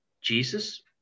Jesus